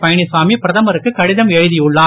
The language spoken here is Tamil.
பழனிச்சாமி பிரதமருக்கு கடிதம் எழுதியுள்ளார்